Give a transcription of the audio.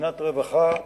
כמדינת רווחה,